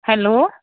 hello